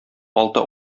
алты